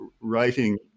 writing